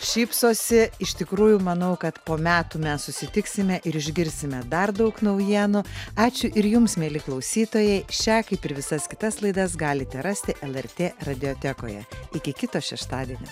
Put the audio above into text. šypsosi iš tikrųjų manau kad po metų mes susitiksime ir išgirsime dar daug naujienų ačiū ir jums mieli klausytojai šią kaip ir visas kitas laidas galite rasti lrt radiotekoje iki kito šeštadienio